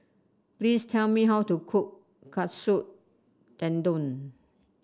please tell me how to cook Katsu Tendon